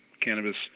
cannabis